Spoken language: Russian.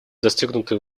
достигнутые